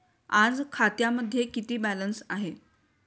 आज खात्यामध्ये किती बॅलन्स आहे?